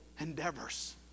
endeavors